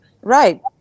Right